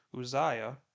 Uzziah